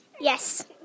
Yes